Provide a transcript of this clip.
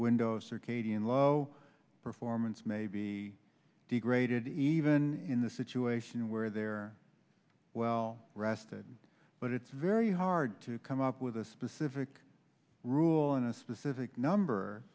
window circadian low performance may be degraded even in the situation where they're well rested but it's very hard to come up with a specific rule in a specific number